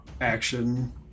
action